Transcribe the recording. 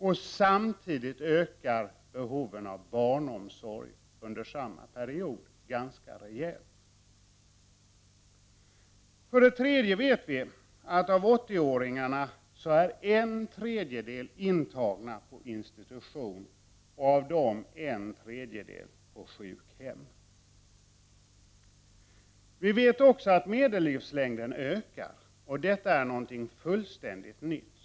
Under samma period ökar behovet av barnomsorg ganska rejält. För det tredje vet vi att av 80-åringarna är en tredjedel intagna på institution. Av dem finns en tredjedel på sjukhem. För det fjärde ökar medellivslängden. Det är någonting fullständigt nytt.